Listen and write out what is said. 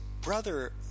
brother